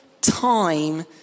time